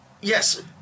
yes